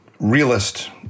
realist